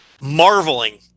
marveling